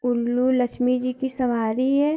उल्लू लक्ष्मी जी की सवारी है